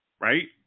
right